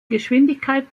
geschwindigkeit